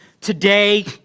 Today